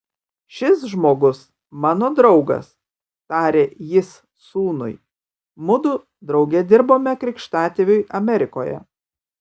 šis žmogus mano draugas tarė jis sūnui mudu drauge dirbome krikštatėviui amerikoje